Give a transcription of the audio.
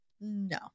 No